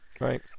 Right